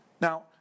Now